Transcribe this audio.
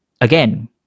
Again